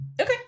Okay